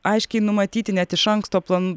aiškiai numatyti net iš anksto plan